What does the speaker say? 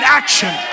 action